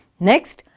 next,